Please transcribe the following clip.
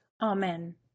Amen